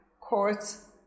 courts